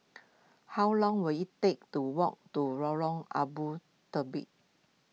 how long will it take to walk to Lorong Abu Talib